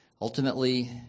Ultimately